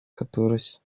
katoroshye